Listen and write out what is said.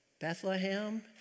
Bethlehem